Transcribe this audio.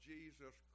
Jesus